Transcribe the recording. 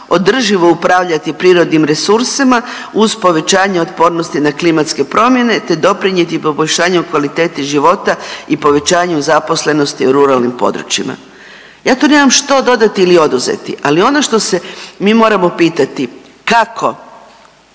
održivo upravljati prirodnim resursima uz povećanje otpornosti na klimatske promjene, te doprinijeti poboljšanju kvalitete života i povećanju zaposlenosti u ruralnim područjima. Ja tu nemam što dodati ili oduzeti, ali ono što se mi moramo pitati kako